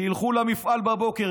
שילכו למפעל בבוקר,